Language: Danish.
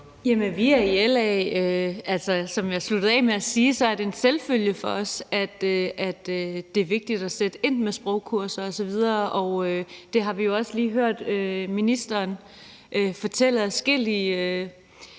(LA): Som jeg sluttede af med at sige, er det for os i LA en selvfølge, at det er vigtigt at sætte ind med sprogkurser osv., og vi har jo også lige hørt ministeren fortælle om adskillige